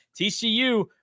TCU